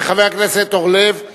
חבר הכנסת אורלב,